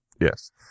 Yes